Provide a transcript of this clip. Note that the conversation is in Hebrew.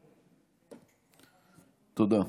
תודה.